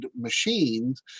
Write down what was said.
Machines